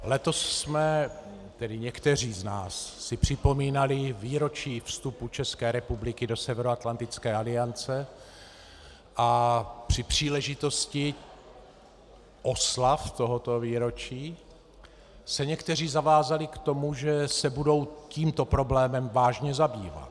Letos jsme si tedy někteří z nás připomínali výročí vstupu České republiky do Severoatlantické aliance a při příležitosti oslav tohoto výročí se někteří zavázali k tomu, že se budou tímto problémem vážně zabývat.